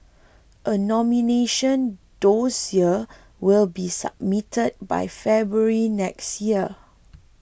a nomination dossier will be submitted by February next year